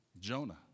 Jonah